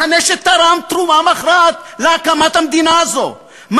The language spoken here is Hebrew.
מחנה שתרם תרומה מכרעת להקמת המדינה הזאת,